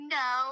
no